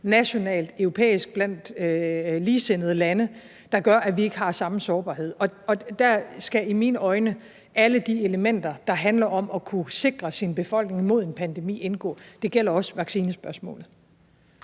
nationalt, europæisk, blandt ligesindede lande, der gør, at vi ikke har samme sårbarhed. Der skal i mine øjne alle de elementer, der handler om at kunne sikre sin befolkning mod en pandemi, indgå. Det gælder også vaccinespørgsmålet.